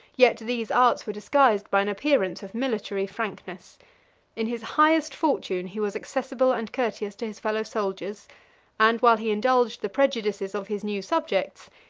yet these arts were disguised by an appearance of military frankness in his highest fortune, he was accessible and courteous to his fellow-soldiers and while he indulged the prejudices of his new subjects,